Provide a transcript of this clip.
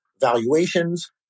valuations